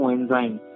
Enzyme